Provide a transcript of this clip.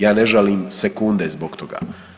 Ja ne žalim sekunde zbog toga.